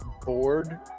bored